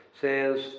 Says